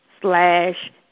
slash